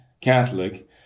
Catholic